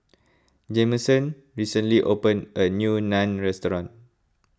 Jameson recently opened a new Naan restaurant